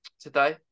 today